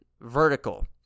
vertical